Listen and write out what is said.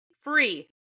free